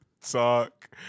talk